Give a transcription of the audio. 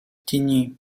тіні